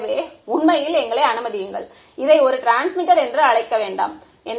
எனவே உண்மையில் எங்களை அனுமதியுங்கள் இதை ஒரு டிரான்ஸ்மிட்டர் என்று அழைக்க வேண்டாம் என்று